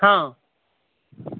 हॅं